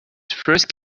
frisk